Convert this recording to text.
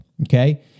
Okay